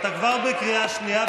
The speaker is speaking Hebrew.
אתה כבר בקריאה שנייה,